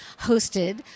hosted